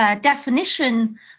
Definition